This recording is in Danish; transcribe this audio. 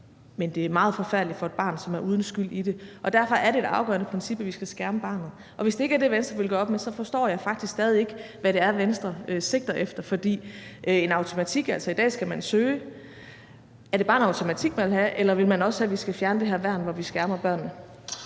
men det er meget forfærdeligt for et barn, som er uden skyld i det. Og derfor er det et afgørende princip, at vi skal skærme barnet. Og hvis det ikke er det, Venstre vil gøre op med, så forstår jeg faktisk stadig ikke, hvad det er, Venstre sigter efter. For i forhold til en automatik er det sådan, at i dag skal man søge. Er det bare en automatik, man vil have, eller vil man også have, at vi skal fjerne det her værn, hvor vi skærmer børnene?